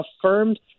affirmed